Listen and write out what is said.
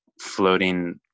floating